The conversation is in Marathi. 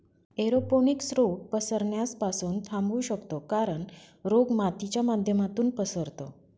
एरोपोनिक्स रोग पसरण्यास पासून थांबवू शकतो कारण, रोग मातीच्या माध्यमातून पसरतो